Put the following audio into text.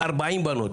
40 בנות.